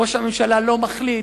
ראש הממשלה לא מחליט,